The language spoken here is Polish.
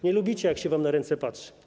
Nie lubicie, jak się wam na ręce patrzy.